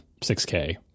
6k